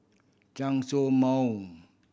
Chen Show Mao